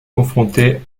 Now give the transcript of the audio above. confronté